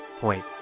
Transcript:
point